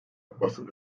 basın